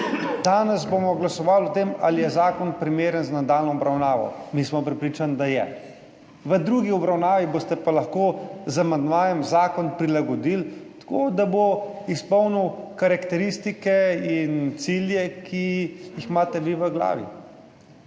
Danes bomo glasovali o tem, ali je zakon primeren za nadaljnjo obravnavo. Mi smo prepričani, da je. V drugi obravnavi boste pa lahko z amandmajem zakon prilagodili tako, da bo izpolnil karakteristike in cilje, ki jih imate vi v glavi.